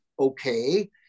okay